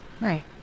Right